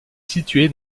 situé